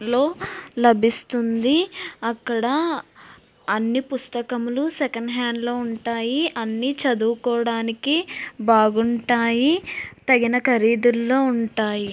లో లభిస్తుంది అక్కడ అన్నీ పుస్తకములు సెకండ్ హ్యాండ్లో ఉంటాయి అన్నీ చదువుకోవడానికి బాగుంటాయి తగిన ఖరీదుల్లో ఉంటాయి